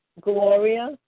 Gloria